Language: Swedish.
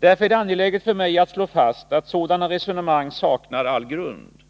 Därför är det angeläget för mig att slå fast att sådana resonemang saknar all grund.